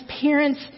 parents